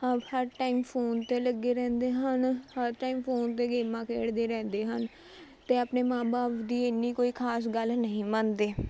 ਹ ਹਰ time phone 'ਤੇ ਲੱਗੇ ਰਹਿੰਦੇ ਹਨ ਹਰ ਟਾਈਮ ਫੋਨ 'ਤੇ ਗੇਮਾਂ ਖੇਡਦੇ ਰਹਿੰਦੇ ਹਨ ਅਤੇ ਆਪਣੇ ਮਾਂ ਬਾਪ ਦੀ ਇੰਨੀ ਕੋਈ ਖਾਸ ਗੱਲ ਨਹੀਂ ਮੰਨਦੇ